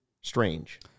strange